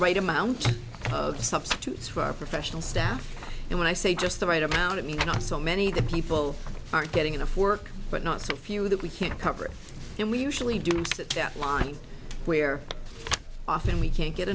right amount of substitutes for our professional staff and when i say just the right amount it means not so many that people aren't getting enough work but not so few that we can't cover it and we usually do at that line where often we can't get